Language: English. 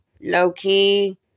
low-key